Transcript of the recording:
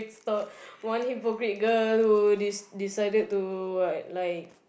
uh one hypocrite girl who de~ decided to like like